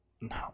No